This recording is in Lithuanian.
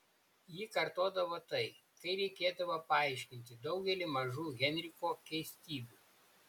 ji kartodavo tai kai reikėdavo paaiškinti daugelį mažų henriko keistybių